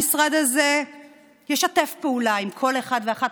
המשרד הזה ישתף פעולה עם כל אחד ואחת